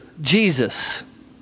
Jesus